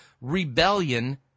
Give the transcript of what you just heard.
rebellion